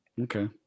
Okay